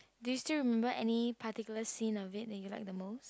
do you still remember any particular scene of it that you like the most